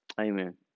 Amen